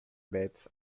bets